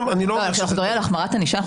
כשאנחנו מדברים על החמרת ענישה,